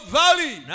valley